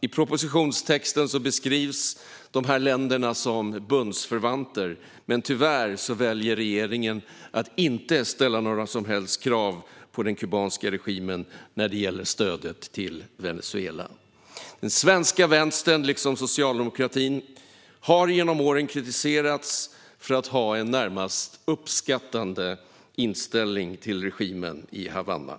I propositionstexten beskrivs dessa länder som bundsförvanter, men tyvärr väljer regeringen att inte ställa några som helst krav på den kubanska regimen när det gäller stödet till Venezuela. Den svenska vänstern, liksom socialdemokratin, har genom åren kritiserats för att ha en närmast uppskattande inställning till regimen i Havanna.